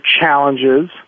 challenges